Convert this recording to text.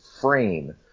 frame